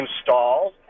install